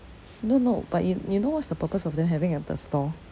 no no but you you know what's the purpose of them having a the store